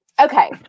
okay